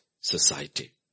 society